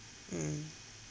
mm